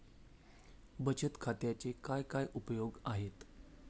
बचत खात्याचे काय काय उपयोग आहेत?